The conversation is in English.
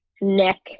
neck